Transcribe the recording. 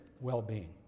well-being